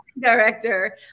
director